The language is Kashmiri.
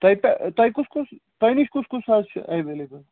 تۄہہِ تۄہہِ کُس کُس تۄہہِ نِش کُس کُس حظ چھُ اٮ۪ویلیبٕل